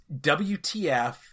WTF